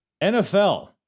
NFL